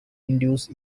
induce